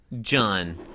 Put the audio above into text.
John